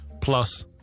plus